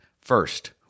First